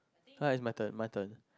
now is my turn my turn